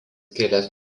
kilęs